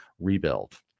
rebuild